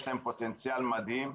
יש להן פוטנציאל מדהים.